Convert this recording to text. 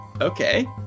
Okay